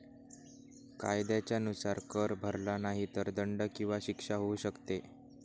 कायद्याच्या नुसार, कर भरला नाही तर दंड किंवा शिक्षा होऊ शकते